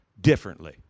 differently